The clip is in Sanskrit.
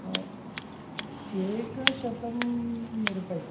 एकशतं रूप्यकाणि